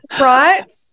right